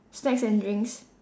snacks and drinks